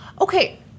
Okay